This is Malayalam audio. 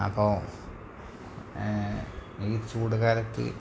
അപ്പോള് ഈ ചൂടുകാലത്ത്